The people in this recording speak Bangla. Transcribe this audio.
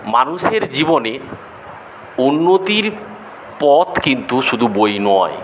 মানুষের জীবনে উন্নতির পথ কিন্তু শুধু বই নয়